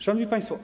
Szanowni Państwo!